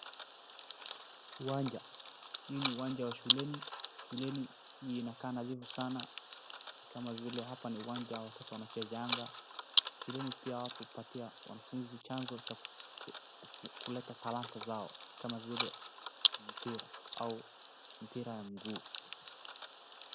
Uwanja, hii ni uwanja wa shuleni, shuleni hii inakaa nadhifu sana kama vile hapa ni uwanja watoto wanachezeanga. Shuleni pia hupatia wanafunzi chanzo cha kuleta talanta zao kama vile mpira au mpira ya mguu.